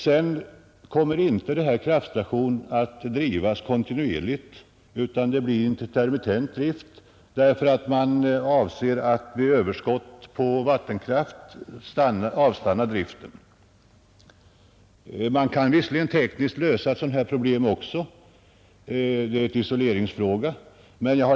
Vidare kommer denna kraftstation inte att drivas kontinuerligt utan det blir intermittent drift, eftersom man avser att vid överskott på vattenkraft stanna driften. Man kan visserligen tekniskt lösa ett sådant problem också. Det är en fråga om isolering.